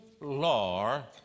law